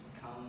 come